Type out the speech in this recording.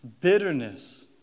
Bitterness